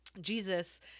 Jesus